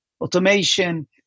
automation